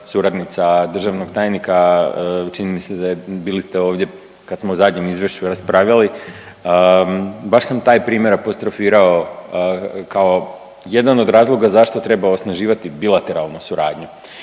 suradnica državnog tajnika. Čini mi se da je, bili ste ovdje kada smo o zadnjem izvješću raspravljali, baš sam taj primjer apostrofirao kao jedan od razloga zašto treba osnaživati bilateralnu suradnju.